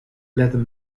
leather